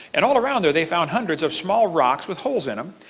and all around there they found hundreds of small rocks with holes in them.